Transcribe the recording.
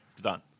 Done